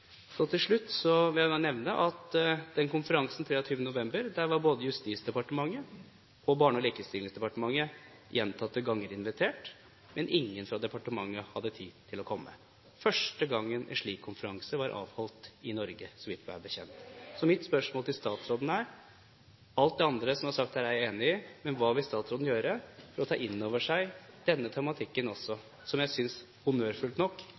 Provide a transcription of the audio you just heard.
samfunnet. Til slutt vil jeg bare nevne at til den konferansen 23. november var både Justisdepartementet og Barne- og likestillingsdepartementet gjentatte ganger invitert, men ingen fra departementene hadde tid til å komme – første gangen en slik konferanse var avholdt i Norge, meg bekjent. Så mitt spørsmål til statsråden er: Alt det andre som er sagt her, er jeg enig i, men hva vil statsråden gjøre for å ta inn over seg denne tematikken også, som interpellanten – honnørfylt nok